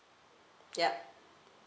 yup